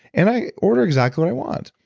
and i order exactly what i want.